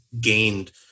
gained